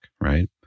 right